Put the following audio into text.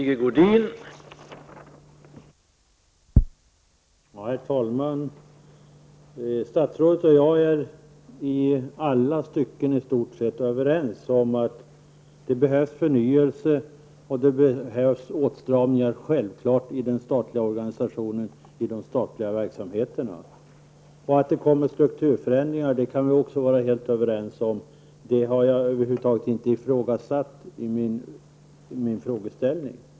Herr talman! Statsrådet och jag är överens om i stort sett alla stycken när det gäller att det behövs förnyelse och åtstramningar i den statliga organisationen och i de statliga verksamheterna. Det är självklart. Att det kommer att ske strukturförändringar kan vi också vara helt överens om. Det har jag över huvud taget inte ifrågasatt i min frågeställning.